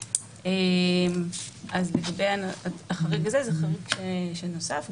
לגבי החריג הזה, זה חריג שנוסף.